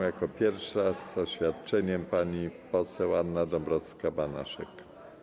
Jako pierwsza z oświadczeniem - pani poseł Anna Dąbrowska-Banaszek.